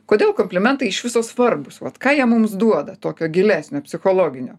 kodėl komplimentai iš viso svarbūs vat ką jie mums duoda tokio gilesnio psichologinio